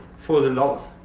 for the lulz.